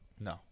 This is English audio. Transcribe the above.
No